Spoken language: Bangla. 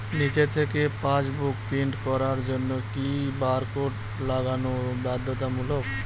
নিজে থেকে পাশবুক প্রিন্ট করার জন্য কি বারকোড লাগানো বাধ্যতামূলক?